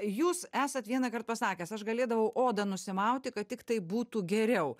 jūs esat vienąkart pasakęs aš galėdavau odą nusimauti kad tiktai būtų geriau